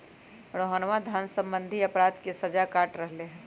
रोहना धन सम्बंधी अपराध के सजा काट रहले है